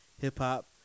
hip-hop